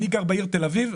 אני גר בעיר תל אביב.